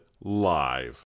Live